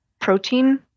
protein